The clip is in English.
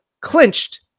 clinched